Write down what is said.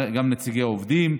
גם נציגי עובדים,